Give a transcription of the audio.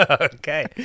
okay